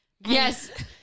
Yes